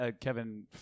Kevin